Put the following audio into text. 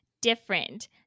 different